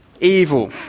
evil